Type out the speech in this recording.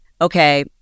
okay